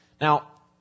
Now